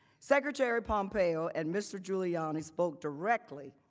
secretary pompeo and mr. giuliani spoke directly